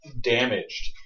damaged